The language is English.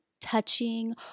touching